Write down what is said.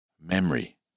Memory